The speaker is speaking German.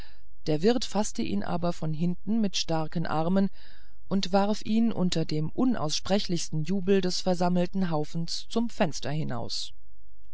der wirt erfaßte ihn aber von hinten mit starken armen und warf ihn unter dem unaussprechlichsten jubel des versammelten haufens zum fenster hinaus